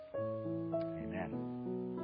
Amen